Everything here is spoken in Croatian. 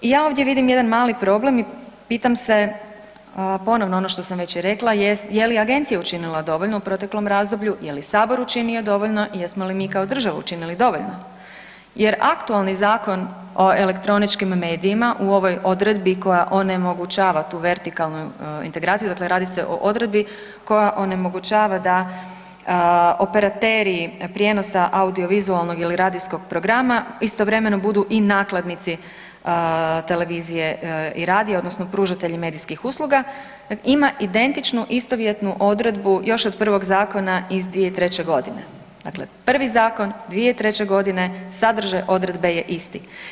I ja ovdje vidim jedan mali problem i pitam se ponovno ono što sam već i rekla jest je li agencija učinila dovoljno u proteklom razdoblju, je li sabor učinio dovoljno i jesmo li mi kao država učinili dovoljno jer aktualni Zakon o elektroničkim medijima u ovoj odredbi koja onemogućava tu vertikalnu integraciju, dakle radi se o odredbi koja onemogućava da operateri prijenosa audiovizualnog ili radijskog programa istovremeno budu i nakladnici televizije i radija odnosno pružatelji medijskih usluga, ima identičnu i istovjetnu odredbu još od prvog zakona iz 2003.g., dakle prvi zakon 2003.g. sadržaj odredbe je isti.